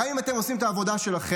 גם אם אתם עושים את העבודה שלכם,